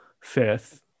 fifth –